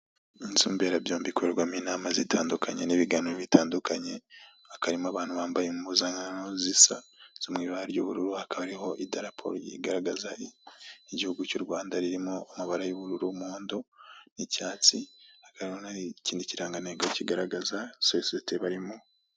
Inzu mberabyombi ikorerwamo inama zitandukanye n'ibiganiro bitandukanye, hakaba harimo abantu bambaye impuzankano zisa zo mu ibara ry'ubururu, hakaba hariho idarapo igaragaza igihugu cy'u Rwanda ririmo amabara y'ubururu, muhondo, n'icyatsi, hakaba hari ikindi kirangantego kigaragaza sosiye bari mo.